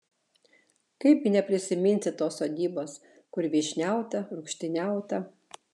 kaipgi neprisiminsi tos sodybos kur vyšniauta rūgštyniauta